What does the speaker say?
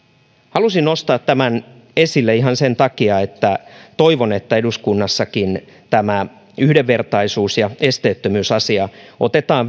halusin nostaa tämän esille ihan sen takia että toivon että eduskunnassakin tämä yhdenvertaisuus ja esteettömyysasia otetaan